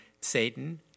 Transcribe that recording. Satan